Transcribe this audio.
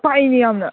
ꯄꯥꯛꯏꯅꯦ ꯌꯥꯝꯅ